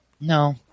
no